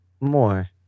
more